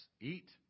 eat